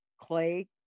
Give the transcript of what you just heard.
clay